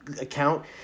Account